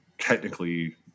Technically